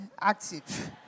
active